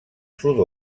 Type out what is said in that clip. sud